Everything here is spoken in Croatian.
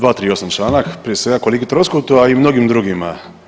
238. članak, prije svega kolegi Troskotu, a i mnogim drugima.